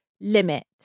limit